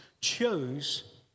chose